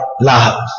love